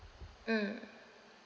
mm